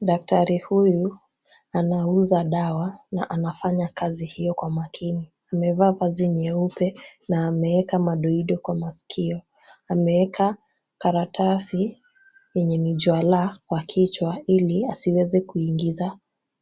Daktari huyu anausa dawa na anafanya kasi hiyo kwa makini, amevaa vazi nyeupe na ameweka madoido kwa masikio, ameweka karatasi yenye mjala kwa kichwa hili haziweze kuingiza